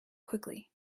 quickly